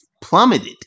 plummeted